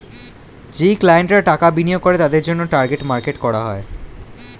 যেই ক্লায়েন্টরা টাকা বিনিয়োগ করে তাদের জন্যে টার্গেট মার্কেট করা হয়